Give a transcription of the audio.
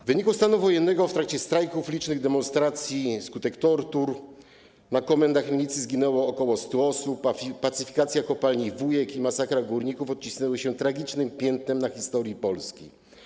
W wyniku stanu wojennego w trakcie strajków, licznych demonstracji, na skutek tortur na komendach milicji zginęło ok. 100 osób, a pacyfikacja kopalni Wujek i masakra górników odcisnęły się tragicznym piętnem na historii Polski.